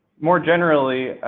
more generally,